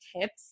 tips